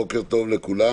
בוקר טוב לכולם.